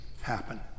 happen